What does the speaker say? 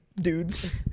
dudes